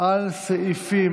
על סעיפים